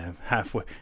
halfway